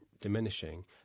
diminishing